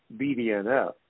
BDNF